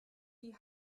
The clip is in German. die